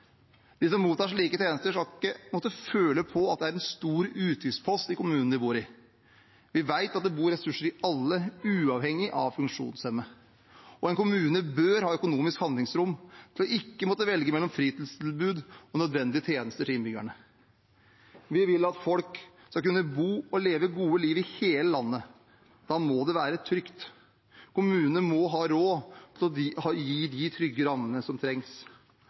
De som mottar slike tjenester, skal ikke måtte føle på at de er en stor utgiftspost i kommunen de bor i. Vi vet at det bor ressurser i alle, uavhengig av funksjonsevne. Og en kommune bør ha økonomisk handlingsrom til ikke å måtte velge mellom et fritidstilbud og nødvendige tjenester til innbyggerne. Vi vil at folk skal kunne bo og leve et godt liv i hele landet. Da må det være trygt. Kommunene må ha råd til å gi de trygge rammene som trengs.